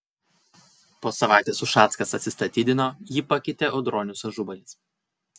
po savaitės ušackas atsistatydino jį pakeitė audronius ažubalis